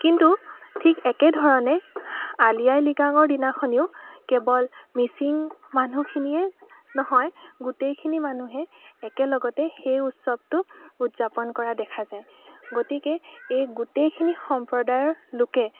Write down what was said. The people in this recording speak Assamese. কিন্তু ঠিক একেধৰণে আলি আঃয়ে লৃগাংৰ দিনাখনেও কেৱল মিচিং মানুহখিনিয়ে নহয় গোটেইখিনি মানুহে একেলগতে সেই উৎসৱটো উদযাপন কৰা দেখা যায় গতিকে এই গোটেইখিনি সম্প্ৰদায়ৰ লোকে